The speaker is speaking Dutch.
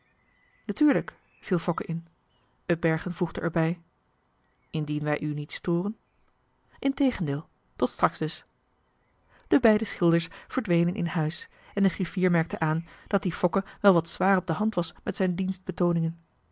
natuurlijk viel fokke in upbergen voegde er bij indien wij u niet storen integendeel tot straks dus de beide schilders verdwenen in huis en de griffier merkte aan dat die fokke wel wat zwaar op de hand was met zijn